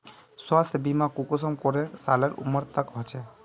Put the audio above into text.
स्वास्थ्य बीमा कुंसम करे सालेर उमर तक होचए?